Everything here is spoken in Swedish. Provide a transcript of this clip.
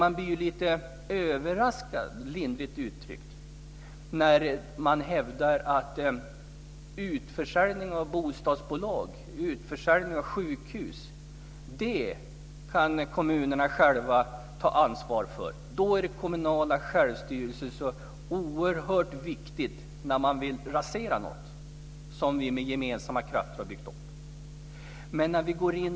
Men jag blir lite överraskad, lindrigt uttryckt, när man hävdar att kommunerna själva kan ta ansvar för utförsäljning av bostadsbolag och sjukhus. När man vill rasera något som vi med gemensamma krafter har byggt upp är den kommunala självstyrelsen oerhört viktig.